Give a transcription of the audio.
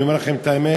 אני אומר לכם את האמת,